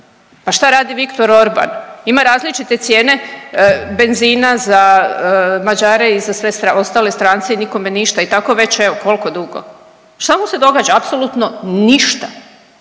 pa šta radi Viktor Orban? Ima različite cijene benzina za Mađare i sve ostale strance i nikome ništa i tako već evo, koliko dugo. Šta mu se događa? Apsolutno ništa.